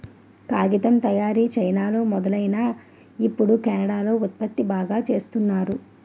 కాగితం తయారీ చైనాలో మొదలైనా ఇప్పుడు కెనడా లో ఉత్పత్తి బాగా చేస్తున్నారు